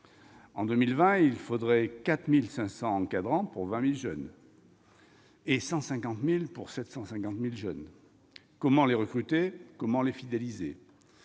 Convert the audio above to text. En 2020, il faudrait 4 500 encadrants pour 20 000 jeunes, et 150 000 pour 750 000 jeunes. Comment les recruter ? Comment les fidéliser ?